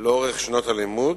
לאורך שנות הלימוד,